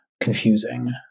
confusing